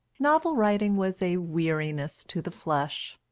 novel-writing was a weariness to the flesh.